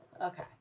Okay